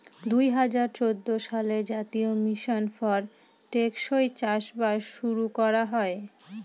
দুই হাজার চৌদ্দ সালে জাতীয় মিশন ফর টেকসই চাষবাস শুরু করা হয়